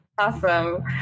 Awesome